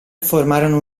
formarono